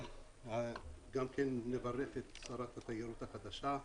אני גם כן מברך את שרת התיירות החדשה.